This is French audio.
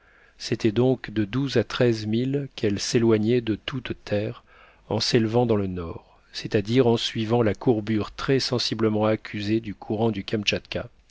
c'était donc de douze à treize milles qu'elle s'éloignait de toute terre en s'élevant dans le nord c'est-à-dire en suivant la courbure très sensiblement accusée du courant du